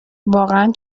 واقعا